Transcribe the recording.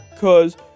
cause